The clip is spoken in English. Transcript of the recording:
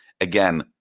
Again